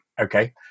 Okay